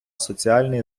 соціальний